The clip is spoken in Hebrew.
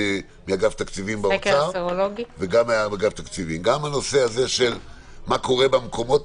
על כך גם הנושא הזה של מה קורה במקומות